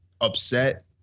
upset